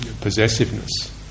possessiveness